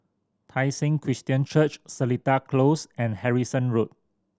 Tai Seng Christian Church Seletar Close and Harrison Road